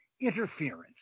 interference